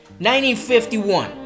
1951